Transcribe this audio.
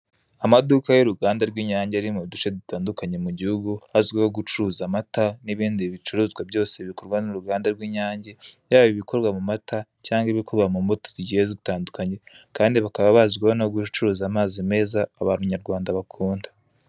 Amaduka y'uruganda rw'inyange Ari mu duce dutandukanye mu gihugu, azwiho gucuruza amata ndetse n'ibindi bicuruzwa bikorwa n,'uruganda rw'inyange Yaba ibikorwa mu mata cyangwa ibikorwa mu mbuto zigiye zitandukanye, Kandi bakaba bazwiho gucuruza amazi meza abantu nyarwanda bakunda.